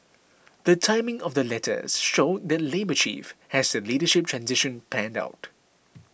the timing of the letters showed that Labour Chief has the leadership transition planned out